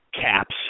caps